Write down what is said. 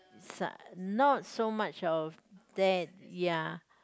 su~ not so much of that ya